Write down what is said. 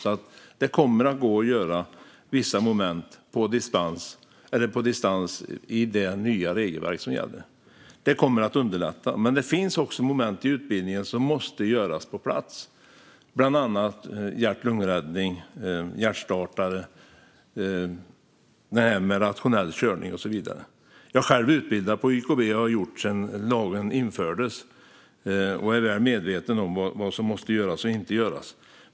Det kommer därför att gå att göra vissa moment på distans med det nya regelverk som gäller. Detta kommer att underlätta. Det finns också moment i utbildningen som måste göras på plats, bland annat hjärt-lungräddning, hjärtstartare, rationell körning och så vidare. Jag har själv utbildat mig på YKB sedan lagen infördes och är väl medveten om vad som måste göras och inte göras.